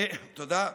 תודה.